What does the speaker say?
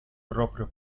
proprio